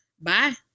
bye